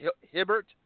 Hibbert